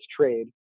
trade